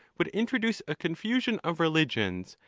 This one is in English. vould introduce a confusion of religions,